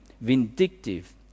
vindictive